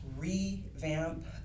revamp